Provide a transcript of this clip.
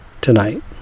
tonight